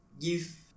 give